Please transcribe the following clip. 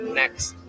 next